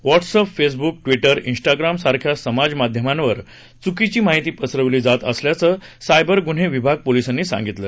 WhatsApp Facebook Twitter Instagram यासारख्या समाजमाध्यमावर चुकीची माहिती पसरवली जात असल्याचं सायबर गुन्हे विभाग पोलिसांनी सांगितलं